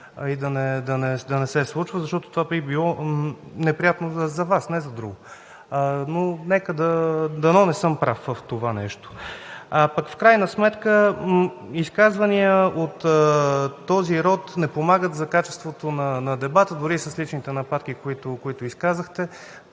и да не се случва. Защото това би било неприятно за Вас, не за друго. Но дано не съм прав в това нещо. В крайна сметка изказвания от този род не помагат за качеството на дебата, дори и с личните нападки, които изказахте.